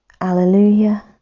Alleluia